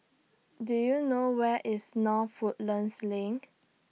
Do YOU know Where IS North Woodlands LINK